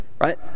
Right